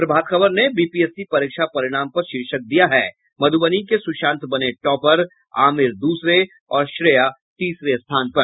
प्रभात खबर ने बीपीएससी परीक्षा परिणाम पर शीर्षक दिया है मधुबनी के सुशांत बने टॉपर आमिर दूसरे और श्रेया तीसरे स्थान पर